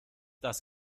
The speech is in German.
das